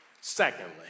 Secondly